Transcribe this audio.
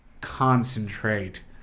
concentrate